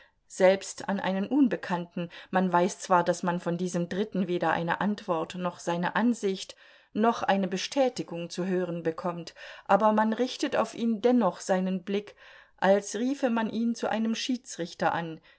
selbst an einen unbekannten man weiß zwar daß man von diesem dritten weder eine antwort noch seine ansicht noch eine bestätigung zu hören bekommt aber man richtet auf ihn dennoch seinen blick als riefe man ihn zu einem schiedsrichter an